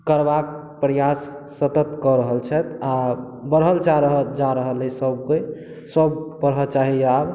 करबाक प्रयास सतत कऽ रहल छथि आ बढ़ल जा रहल जा रहल अछि सभ कोइ सभ पढ़ऽ चाहैया आब